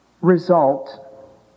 result